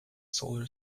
solar